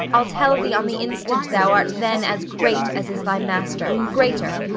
i'll tell thee on the instant thou art then as great as is thy master greater,